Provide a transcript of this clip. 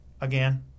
again